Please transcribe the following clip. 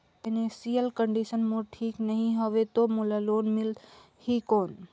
Financial condition मोर ठीक नी हवे तो मोला लोन मिल ही कौन??